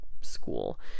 school